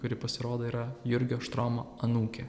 kuri pasirodo yra jurgio štromo anūkė